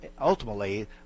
ultimately